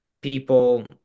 people